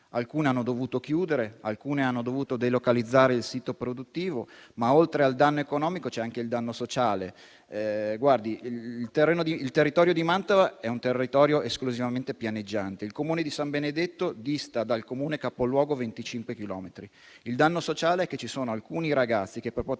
alcune hanno dovuto chiudere, alcune hanno dovuto delocalizzare il sito produttivo. Ma oltre al danno economico c'è anche il danno sociale. Il territorio di Mantova è esclusivamente pianeggiante. Il Comune di San Benedetto dista dal Comune capoluogo 25 chilometri. Il danno sociale è che alcuni ragazzi, per poter